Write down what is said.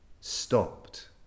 stopped